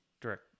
direct